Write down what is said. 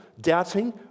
doubting